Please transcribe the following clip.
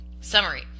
summary